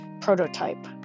prototype